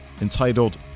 entitled